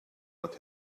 what